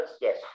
yes